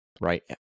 right